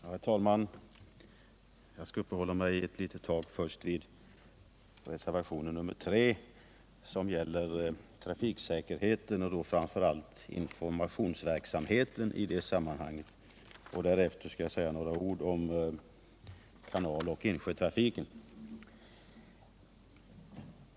Herr talman! Jag skall först uppehålla mig vid reservationen 3, som gäller trafiksäkerheten och framför allt informationsverksamheten i det sammanhanget. Därefter skall jag säga några ord om kanaloch insjötrafiken.